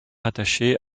rattachée